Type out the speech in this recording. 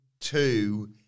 Two